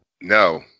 No